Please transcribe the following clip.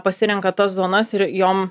pasirenka tas zonas ir jom